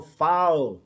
foul